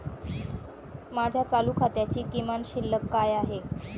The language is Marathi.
माझ्या चालू खात्याची किमान शिल्लक काय आहे?